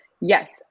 Yes